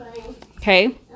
okay